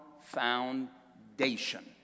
foundation